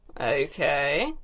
Okay